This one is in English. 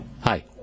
Hi